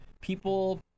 people